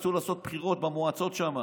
כשרצו לעשות בחירות במועצות שם,